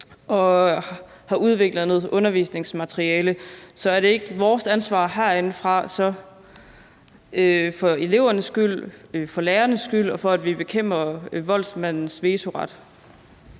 og få udviklet noget undervisningsmateriale om den. Så er det ikke vores ansvar herindefra – for elevernes skyld, for lærernes skyld, og for at vi bekæmper voldsmandens vetoret?